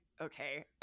okay